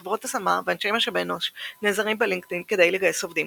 חברות השמה ואנשי משאבי אנוש נעזרים בלינקדאין כדי לגייס עובדים.